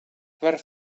var